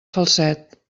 falset